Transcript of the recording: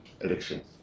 election